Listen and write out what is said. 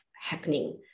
happening